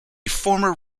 former